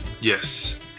Yes